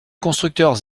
constructeurs